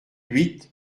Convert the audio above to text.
huit